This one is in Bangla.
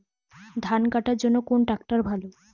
ধান কাটার জন্য কোন ট্রাক্টর ভালো?